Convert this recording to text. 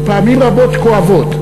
ופעמים רבות כואבות,